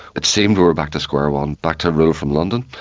it seemed we were back to square one, back to rule from london.